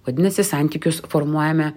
vadinasi santykius formuojame